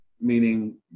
meaning